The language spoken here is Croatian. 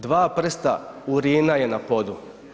Dva prsta urina je na podu.